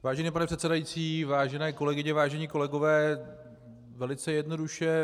Vážený pane předsedající, vážené kolegyně, vážení kolegové, velice jednoduše.